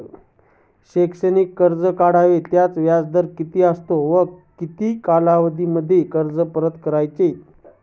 शैक्षणिक कर्ज कसे काढावे? त्याचा व्याजदर किती असतो व किती कालावधीमध्ये कर्ज परत करायचे?